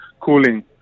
cooling